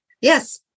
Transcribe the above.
Yes